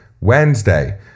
Wednesday